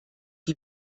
die